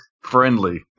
friendly